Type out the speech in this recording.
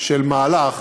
של מהלך